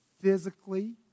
physically